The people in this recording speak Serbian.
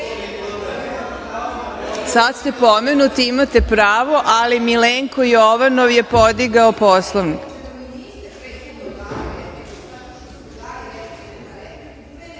ste pomenuti, imate pravo, ali Milenko Jovanov je podigao Poslovnik.(Marinika